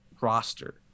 roster